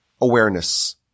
awareness